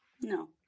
No